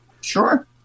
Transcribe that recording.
Sure